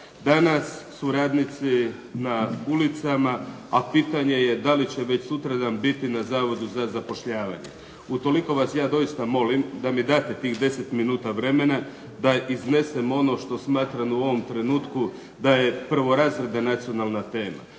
Danas su radnici na ulicama, a pitanje je da li će već sutradan biti na Zavodu za zapošljavanje, utoliko vas ja doista molim da mi date tih 10 minuta vremena da iznesem ono što smatram u ovom trenutku da je prvorazredna nacionalna tema.